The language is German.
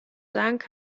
dank